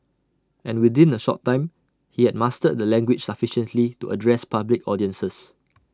and within A short time he had mastered the language sufficiently to address public audiences